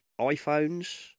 iPhones